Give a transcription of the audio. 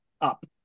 up